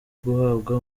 guhabwa